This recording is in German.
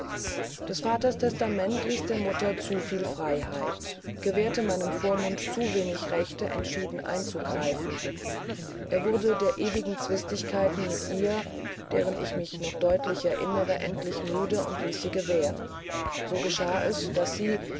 des vaters testament ließ der mutter zu viel freiheit gewährte meinem vormund zu wenig rechte entschieden einzugreifen er wurde der ewigen zwistigkeiten mit ihr deren ich mich noch deutlich erinnere endlich müde und ließ sie gewähren so geschah es daß sie